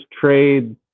trade